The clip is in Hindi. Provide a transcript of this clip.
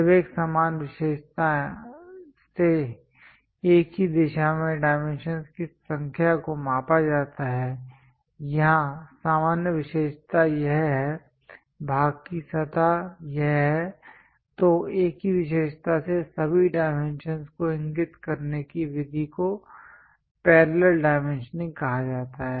जब एक समान विशेषता से एक ही दिशा में डाइमेंशंस की संख्या को मापा जाता है यहाँ सामान्य विशेषता यह है भाग की सतह यह है तो एक ही विशेषता से सभी डाइमेंशंस को इंगित करने की विधि को पैरेलल डाइमेंशनिंग कहा जाता है